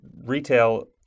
retail